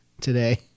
today